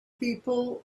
people